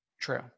true